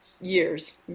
years